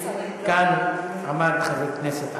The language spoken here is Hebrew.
כאן עמד חבר כנסת ערבי,